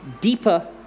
deeper